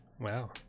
Wow